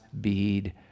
bead